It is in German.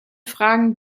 fragen